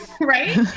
Right